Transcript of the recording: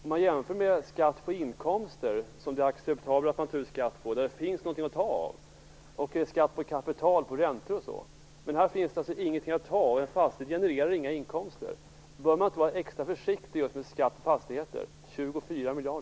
Man kan jämföra detta med skatt på inkomster, kapital och räntor där det är acceptabelt att ta ut skatt eftersom det finns något att ta av. Men här finns det ingenting att ta av - en fastighet genererar inga inkomster. Bör man inte vara extra försiktig just med skatt på fastigheter?